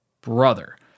brother